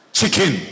chicken